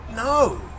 No